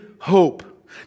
hope